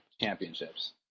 championships